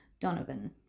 donovan